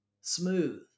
smooth